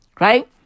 Right